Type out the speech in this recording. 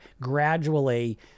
gradually